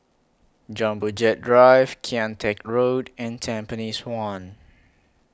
Jumbo Jet Drive Kian Teck Road and Tampines one